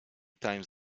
times